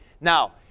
Now